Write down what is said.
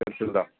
ꯄꯦꯟꯁꯤꯜꯗ